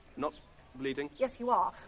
not bleeding. yes you are.